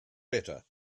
better